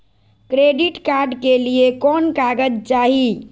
Credit card के लिए कौन कागज चाही?